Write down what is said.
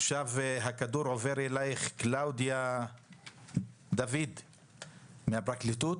עכשיו הכדור עובר לעו"ד קלאודיה דוד מן הפרקליטות.